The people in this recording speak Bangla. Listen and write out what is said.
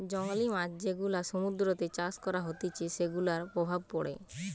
জংলী মাছ যেগুলা সমুদ্রতে চাষ করা হতিছে সেগুলার প্রভাব পড়ে